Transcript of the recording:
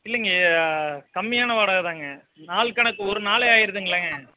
இல்லைங்க கம்மியான வாடகைதாங்க நாள் கணக்கு ஒரு நாளே ஆயிடுதுங்கலேங்க